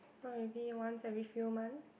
so maybe once every few months